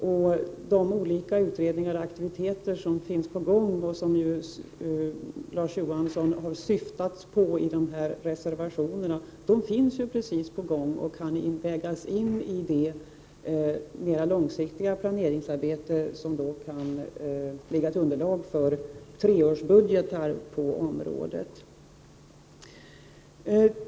Jag hänvisar till de olika utredningar och aktiviteter som är på gång och som Larz Johansson syftar på i reservationerna; de kan vägas in i ett mer långsiktigt planeringsarbete, som då kan utgöra underlag för treårsbudgetar på området.